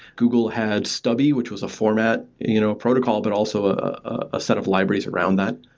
google had stubby, which was a format you know protocol, but also ah a set of libraries around that.